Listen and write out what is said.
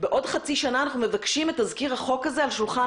בעוד חצי שנה אנחנו מבקשים את תזכיר החוק הזה על שולחן